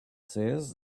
says